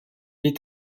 est